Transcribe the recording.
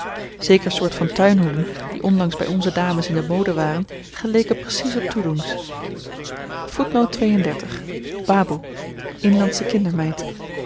zeker soort van tuinhoeden die onlangs by onze dames in de mode waren geleken precies op toedoen baboe inlandsche